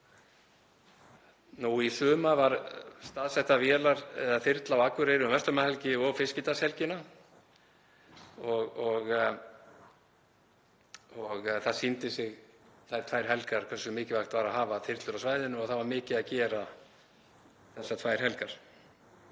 Í sumar var staðsett þyrla á Akureyri um verslunarmannahelgina og Fiskidagshelgina og það sýndi sig þær tvær helgar hversu mikilvægt var að hafa þyrlu á svæðinu og það var mikið að gera þessar tvær helgar.